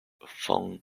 fong